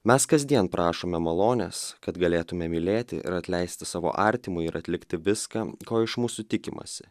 mes kasdien prašome malonės kad galėtume mylėti ir atleisti savo artimui ir atlikti viską ko iš mūsų tikimasi